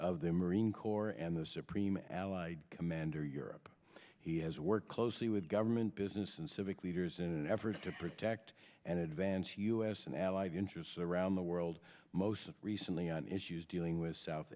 of the marine corps and the supreme allied commander europe he has worked closely with government business and civic leaders in an effort to protect and advance u s and allied interests around the world most recently on issues dealing with south